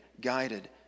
guided